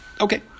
Okay